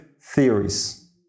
theories